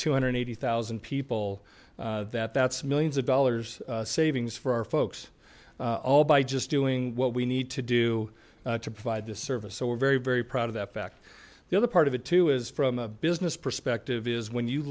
two hundred eighty thousand people that that's millions of dollars savings for our folks all by just doing what we need to do to provide this service so we're very very proud of that fact the other part of it too is from a business perspective is when you